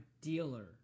dealer